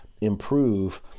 improve